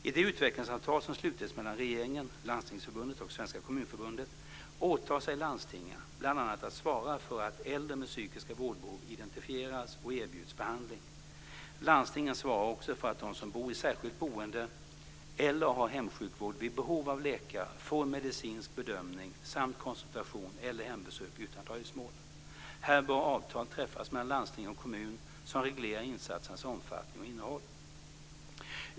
I det utvecklingsavtal som slutits mellan regeringen, Landstingsförbundet och Svenska Kommunförbundet åtar sig landstingen bl.a. att svara för att äldre med psykiska vårdbehov identifieras och erbjuds behandling. Landstingen svarar också för att de som bor i särskilt boende eller har hemsjukvård vid behov av läkare får en medicinsk bedömning samt konsultation eller hembesök utan dröjsmål. Här bör avtal träffas mellan landsting och kommun som reglerar insatsernas omfattning och innehåll.